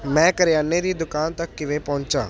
ਮੈਂ ਕਰਿਆਨੇ ਦੀ ਦੁਕਾਨ ਤੱਕ ਕਿਵੇਂ ਪਹੁੰਚਾਂ